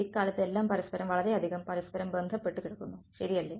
ഇക്കാലത്തു എല്ലാം പരസ്പരം വളരെയധികം പരസ്പരം ബന്ധപ്പെട്ടു കിടക്കുന്നു ശരിയല്ലേ